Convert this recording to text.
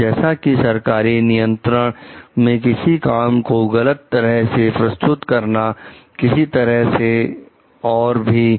तो जैसा कि सरकारी नियंत्रण में किसी काम को गलत तरह से प्रस्तुत करना या इसी तरह से और भी